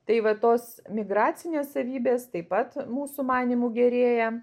tai va tos migracinės savybės taip pat mūsų manymu gerėja